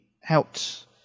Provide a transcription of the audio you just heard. helped